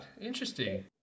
Interesting